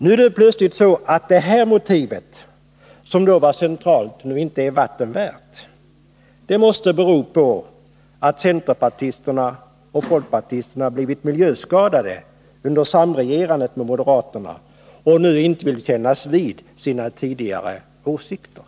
Nu är plötsligt det motivet, som då var centralt, inte vatten värt. Det måste bero på att centerpartisterna och folkpartisterna blivit miljöskadade under samregerandet med moderaterna och nu inte vill kännas vid sina tidigare åsikter.